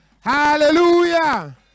Hallelujah